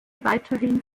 weiterhin